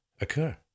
occur